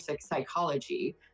psychology